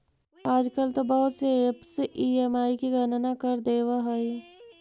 आजकल तो बहुत से ऐपस ई.एम.आई की गणना कर देवअ हई